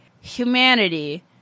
humanity